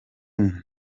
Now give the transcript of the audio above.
nta